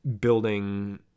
building